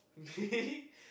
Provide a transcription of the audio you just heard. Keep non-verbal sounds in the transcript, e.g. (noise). (laughs)